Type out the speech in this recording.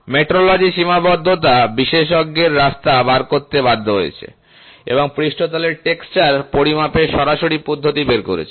মেট্রোলজির সীমাবদ্ধতা বিশেষজ্ঞদের রাস্তা বার করতে বাধ্য করেছে এবং পৃষ্ঠতলের টেক্সচার পরিমাপের সরাসরি পদ্ধতি বের করেছে